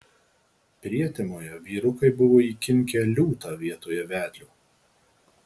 prietemoje vyrukai buvo įkinkę liūtą vietoje vedlio